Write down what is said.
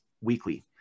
weekly